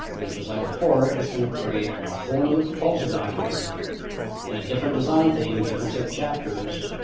and just like before it's going to create a whole new proposal document in a different design theme, different set of chapters.